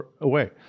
away